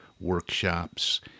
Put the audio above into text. workshops